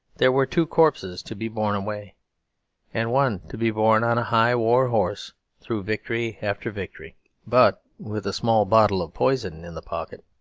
there were two corpses to be borne away and one to be borne on a high war-horse through victory after victory but with a small bottle of poison in the pocket.